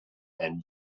and